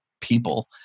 people